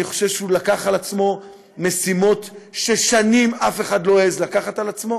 אני חושב שהוא לקח על עצמו משימות ששנים אף אחד לא העז לקחת על עצמו,